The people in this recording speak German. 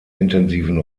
intensiven